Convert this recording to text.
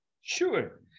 Sure